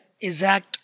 exact